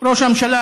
ראש הממשלה,